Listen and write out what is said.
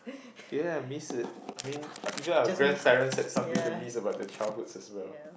ye miss it I mean even our grandparents had something to miss about their childhoods as well